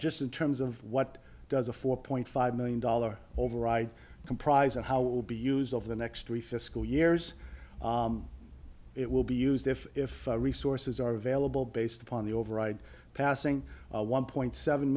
just in terms of what does a four point five million dollars override comprise and how it will be used over the next three fiscal years it will be used if if resources are available based upon the override passing one point seven